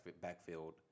backfield